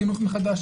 חינוך מחדש.